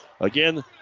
Again